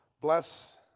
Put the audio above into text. bless